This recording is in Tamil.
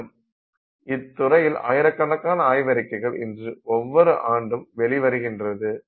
மேலும் இத்துறையில் ஆயிரக்கணக்கான ஆய்வறிக்கைகள் இன்று ஒவ்வொரு ஆண்டும் வெளிவருகிறது